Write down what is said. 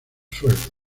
sueldo